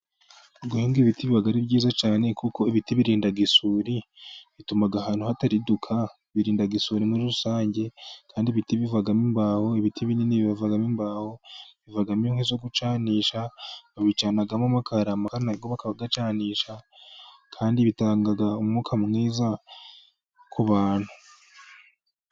Guhinga ibiti biba ari byiza cyane, kuko ibiti birinda isuri, bituma ahantu hatariduka, birinda isuri muri rusange, kandi ibiti bivamo imbaho, ibiti binini bivamo imbaho, bivamo inkwi zo gucanisha, babicanamo amakara, amakara agacanishwa, kandi bitanga umwuka mwiza ku bantu.